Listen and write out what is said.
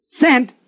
sent